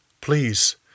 Please